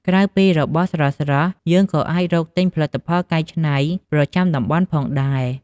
ក្រៅពីរបស់ស្រស់ៗ យើងក៏អាចរកទិញផលិតផលកែច្នៃប្រចាំតំបន់ផងដែរ។